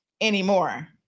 anymore